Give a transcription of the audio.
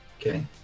Okay